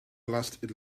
lasted